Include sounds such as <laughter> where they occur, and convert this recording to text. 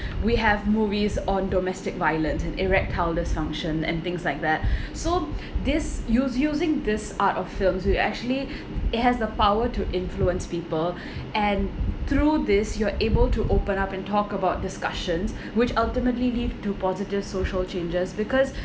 <breath> we have movies on domestic violent and erectile dysfunction and things like that <breath> so <breath> this use using this art of films will actually <breath> it has the power to influence people <breath> and through this you are able to open up and talk about discussions <breath> which ultimately lead to positive social changes because <breath>